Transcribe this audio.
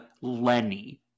Lenny